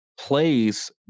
plays